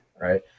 right